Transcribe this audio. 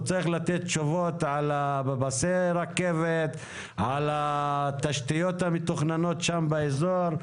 הוא צריך לתת תשובות על פסי הרכבת ועל התשתיות המתוכננות באזור.